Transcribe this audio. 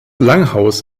langhaus